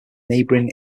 neighboring